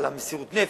על מסירות הנפש,